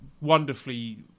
wonderfully